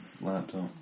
laptop